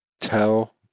tell